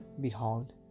Behold